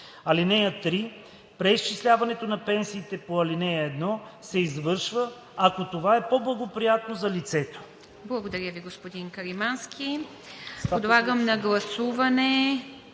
(3) Преизчисляването на пенсиите по ал. 1 се извършва, ако това е по-благоприятно за лицето.“